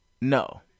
no